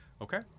Okay